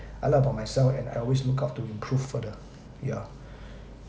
I like about myself and I always look up to improve further yeah